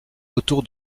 autour